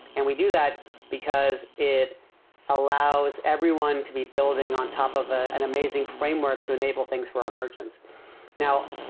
and we do that because it allows everyone to be building on top of ah an amazing framework to enable things for um merchants. sed